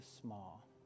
small